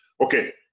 okay